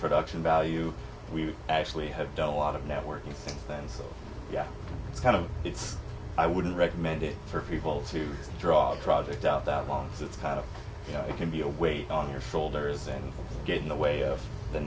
production value we actually have done a lot of networking and so yeah it's kind of it's i wouldn't recommend it for people to draw a project out that long as it's kind of you know it can be a weight on your shoulders and get in the way of the